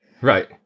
right